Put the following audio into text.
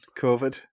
COVID